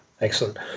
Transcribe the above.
excellent